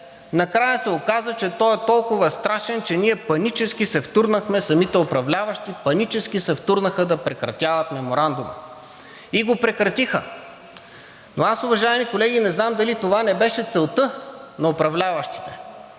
накрая се оказа, че той е толкова страшен, че ние панически се втурнахме – самите управляващи панически се втурнаха да прекратяват меморандума и го прекратиха. Но аз, уважаеми колеги, не знам дали това не беше целта на управляващите.